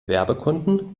werbekunden